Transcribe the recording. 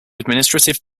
administrative